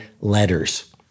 letters